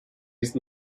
ist